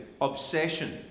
obsession